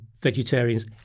vegetarians